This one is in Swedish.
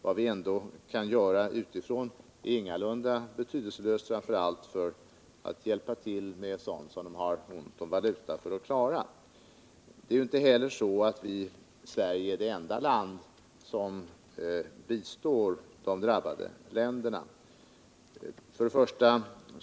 Men vad vi kan göra utifrån — framför allt för att hjälpa till med sådant som de drabbade länderna har ont om,t.ex. utländsk valuta, är ingalunda betydelselöst. Det är inte heller så att Sverige är det enda land som bistår de drabbade länderna.